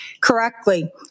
correctly